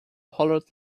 hollered